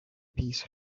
peace